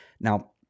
now